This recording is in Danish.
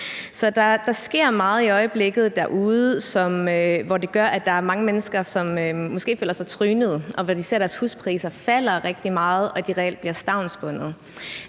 der sker meget derude i øjeblikket, som gør, at mange mennesker måske føler sig trynet og ser deres huspriser falde rigtig meget, så de reelt bliver stavnsbundet.